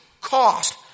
cost